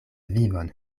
vivon